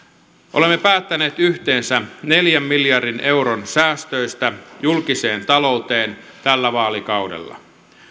olemme päättäneet yhteensä neljän miljardin euron säästöistä julkiseen talouteen tällä vaalikaudella